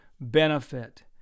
benefit